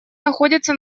находится